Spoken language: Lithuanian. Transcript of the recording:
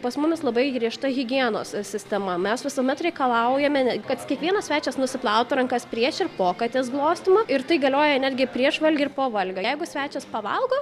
pas mumis labai griežta higienos e sistema mes visuomet reikalaujame ne kad kiekvienas svečias nusiplautų rankas prieš ir po katės glostymo ir tai galioja netgi prieš valgį ir po valgio jeigu svečias pavalgo